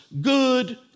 good